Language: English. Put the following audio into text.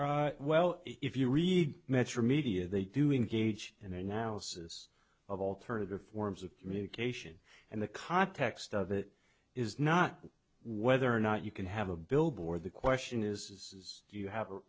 all well if you read metromedia they do in gage and they're now cis of alternative forms of communication and the context of it is not whether or not you can have a billboard the question is do you have